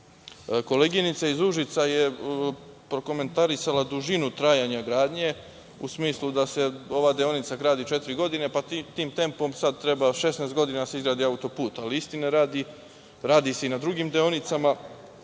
nekažnjeno. Koleginica iz Užica je prokomentarisala dužinu trajanja gradnje u smislu da se ova deonica gradi četiri godine, pa tim tempom treba sad 16 godina da se izgradi auto-put. Istine radi, radi se i na drugim deonicama,